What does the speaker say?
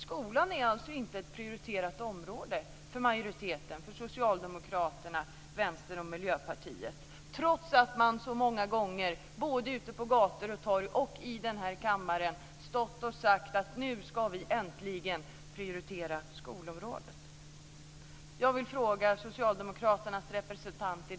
Skolan är alltså inte ett prioriterat område för majoriteten - för Socialdemokraterna, Vänstern och Miljöpartiet - trots att man så många gånger både ute på gator och torg och i denna kammare sagt: Nu ska vi äntligen prioritera skolområdet.